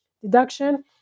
deduction